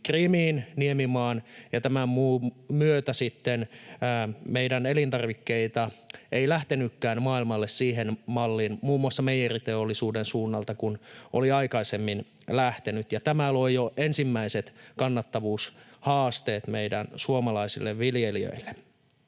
Krimin niemimaan, ja tämän myötä sitten meidän elintarvikkeita ei lähtenytkään maailmalle, muun muassa meijeriteollisuuden suunnalta, siihen malliin, kuin oli aikaisemmin lähtenyt. Tämä loi jo ensimmäiset kannattavuushaasteet meidän suomalaisille viljelijöille.